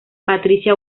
patricia